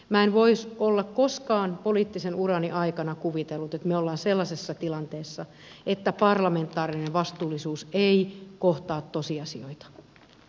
minä en olisi koskaan poliittisen urani aikana kuvitellut että me olemme sellaisessa tilanteessa että parlamentaarinen vastuullisuus ei kohtaa tosiasioita